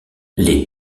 les